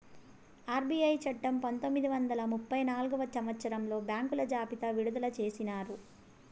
RBI చట్టము పంతొమ్మిది వందల ముప్పై నాల్గవ సంవచ్చరంలో బ్యాంకుల జాబితా విడుదల చేసినారు